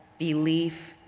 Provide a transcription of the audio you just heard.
belief,